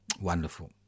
Wonderful